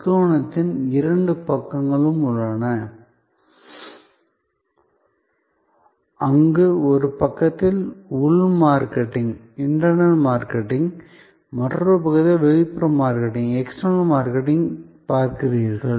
முக்கோணத்தின் இரண்டு பக்கங்களும் உள்ளன அங்கு ஒரு பக்கத்தில் உள் மார்க்கெட்டிங் மற்றொரு பக்கத்தில் வெளிப்புற மார்க்கெட்டிங் பார்க்கிறீர்கள்